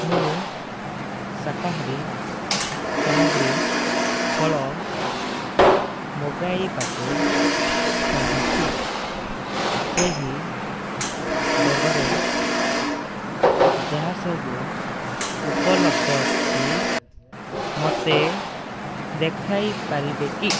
ମୁଁ ଶାକାହାରୀ ସାମଗ୍ରୀ ଫଳ ମଗାଇବାକୁ ଚାହୁଁଛି ସେହି ବର୍ଗରେ ଯାହା ସବୁ ଉପଲବ୍ଧ ଅଛି ମୋତେ ଦେଖାଇପାରିବେ କି